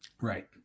Right